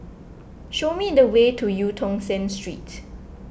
show me the way to Eu Tong Sen Street